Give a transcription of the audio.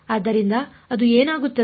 ಆದ್ದರಿಂದ ಅದು ಏನಾಗುತ್ತದೆ